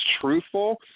truthful